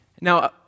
Now